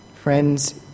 Friends